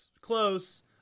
close